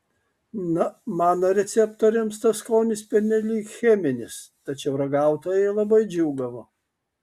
na mano receptoriams tas skonis pernelyg cheminis tačiau ragautojai labai džiūgavo